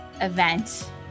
event